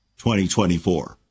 2024